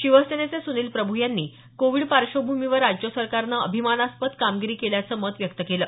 शिवसेनेचे सुनील प्रभू यांनी कोविड पार्श्वभूमीवर राज्य सरकारनं अभिमानास्पद कामगिरी केल्याचं मत व्यक्त केलं